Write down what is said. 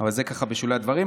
אבל זה בשולי הדברים.